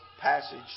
passage